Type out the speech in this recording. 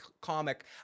comic